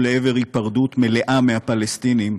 ולעבר היפרדות מלאה מהפלסטינים,